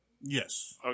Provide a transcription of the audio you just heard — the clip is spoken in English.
Yes